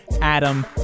Adam